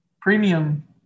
premium